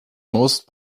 most